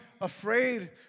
afraid